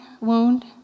wound